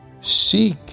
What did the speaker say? Seek